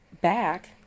back